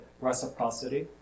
reciprocity